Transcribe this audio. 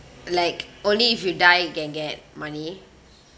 like only if you die you can get money